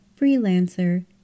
freelancer